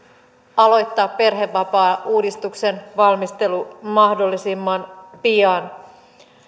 aloittaa perhevapaauudistuksen valmistelu mahdollisimman pian